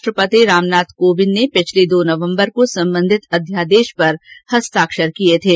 राष्ट्रपति राम नाथ कोविंद ने गत दो नवम्बर को संबंधित अध्यादेश पर हस्ताक्षर किये थे